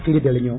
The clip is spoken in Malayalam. തിരിതെളിഞ്ഞു